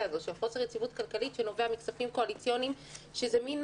הזאת של חוסר יציבות כלכלית שנובע מכספים קואליציוניים שזה מן,